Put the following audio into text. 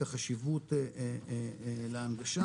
החשיבות להנגשה,